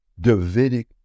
davidic